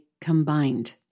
combined